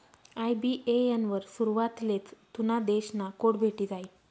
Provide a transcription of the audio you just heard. IBAN वर सुरवातलेच तुना देश ना कोड भेटी जायी